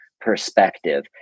perspective